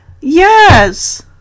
Yes